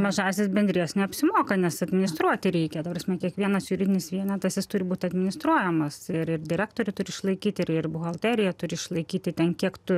mažąsias bendrijas neapsimoka nes administruoti reikia ta prasme kiekvienas juridinis vienetas jis turi būti administruojamas ir direktorių turi išlaikyti ir buhalterija turi išlaikyti tiek kiek tu